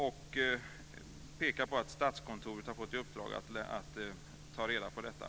Den pekar på att Statskontoret har fått i uppdrag att ta reda på detta.